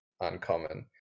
uncommon